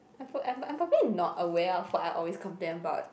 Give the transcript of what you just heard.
I'm p~ I'm probably not aware of what I always complain about